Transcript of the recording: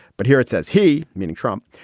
but here it says he, meaning trump,